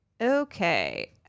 Okay